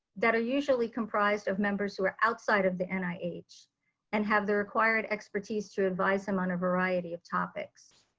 that are usually comprised of members who are outside of the and nih and have the required expertise to advise him on variety of topics.